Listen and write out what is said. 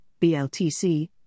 BLTC